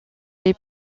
les